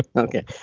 ah okay.